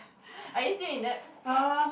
are you still in debt